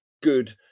good